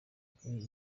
kuri